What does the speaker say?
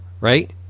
right